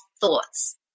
thoughts